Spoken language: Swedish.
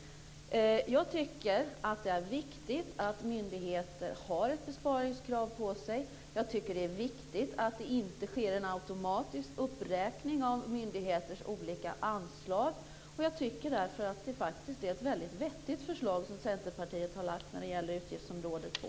Det är viktigt att myndigheter har ett besparingskrav på sig och att det inte sker en automatisk uppräkning av myndigheters olika anslag. Därför tycker jag att det är ett väldigt vettigt förslag som Centerpartiet har lagt fram när det gäller utgiftsområde 2.